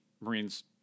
Marines